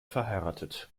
verheiratet